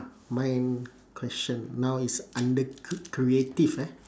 my question now is under cr~ creative ah